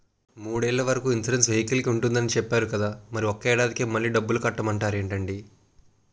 మూడేళ్ల వరకు ఇన్సురెన్సు వెహికల్కి ఉంటుందని చెప్పేరు కదా మరి ఒక్క ఏడాదికే మళ్ళి డబ్బులు కట్టమంటారేంటండీ?